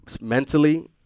mentally